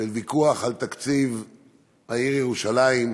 הוויכוח על תקציב העיר ירושלים,